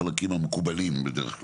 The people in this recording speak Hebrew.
רק לחלקים המקובלים בדרך כלל.